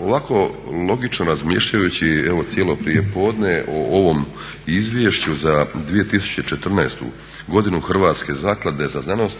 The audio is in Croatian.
ovako logično razmišljajući evo cijelo prijepodne o ovom izvješću za 2014. godinu Hrvatske zaklade za znanost